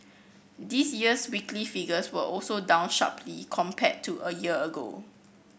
this year's weekly figures were also down sharply compared to a year ago